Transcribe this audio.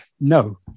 No